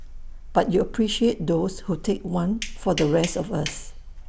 but you appreciate those who take one for the rest of us